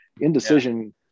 indecision